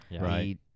right